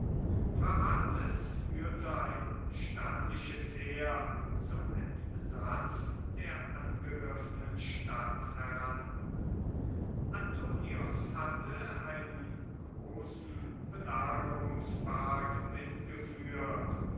phraates führte ein stattliches heer zum entsatz der angegriffenen stadt heran antonius hatte einen großen belagerungspark mitgeführt